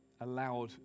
allowed